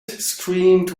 screamed